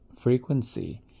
frequency